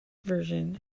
version